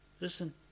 Listen